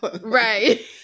Right